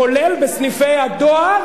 כולל בסניפי הדואר